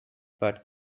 but